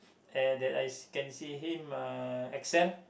and that I see can see him uh excel